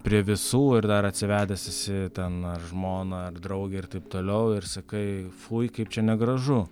prie visų ir dar atsivedęs esi ten ar žmoną ar draugę ir taip toliau ir sakai fui kaip čia negražu